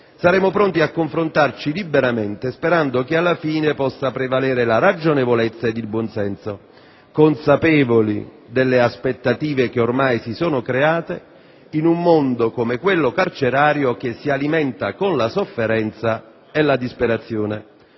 saremo pronti a confrontarci liberamente, sperando che alla fine possa prevalere la ragionevolezza ed il buon senso, consapevoli delle aspettative che ormai si sono create, in un mondo come quello carcerario che si alimenta con la sofferenza e la disperazione.